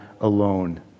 alone